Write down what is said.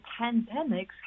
pandemics